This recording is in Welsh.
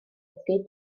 dysgu